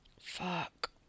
Fuck